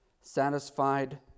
satisfied